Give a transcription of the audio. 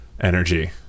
energy